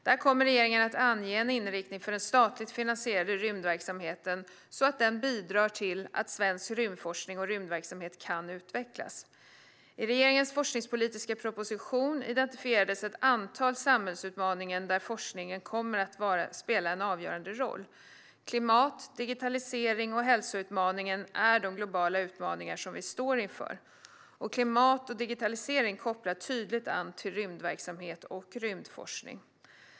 Där kommer regeringen att ange en inriktning för den statligt finansierade rymdverksamheten, så att den bidrar till att svensk rymdforskning och rymdverksamhet kan utvecklas. I regeringens forskningspolitiska proposition identifieras ett antal samhällsutmaningar där forskningen kommer att spela en avgörande roll. Klimat, digitalisering och hälsoutmaningen är de globala utmaningar som vi står inför. Klimat och digitalisering kopplar tydligt an till rymdverksamhet och rymdforskning.